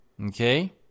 okay